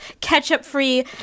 ketchup-free